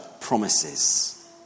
promises